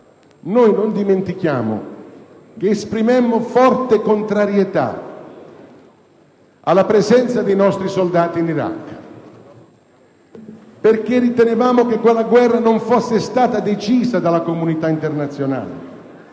noi non dimentichiamo che esprimemmo forte contrarietà alla presenza in Iraq dei nostri soldati, perché ritenevamo che quella guerra non fosse stata decisa dalla comunità internazionale,